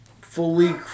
fully